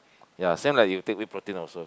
ya same like you take wheat protein also